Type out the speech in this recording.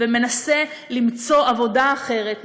ומנסה למצוא עבודה אחרת,